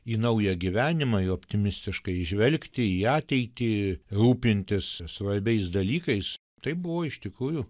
į naują gyvenimą į optimistiškai žvelgti į ateitį rūpintis svarbiais dalykais tai buvo iš tikrųjų